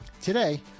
Today